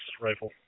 rifle